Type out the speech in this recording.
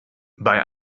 bei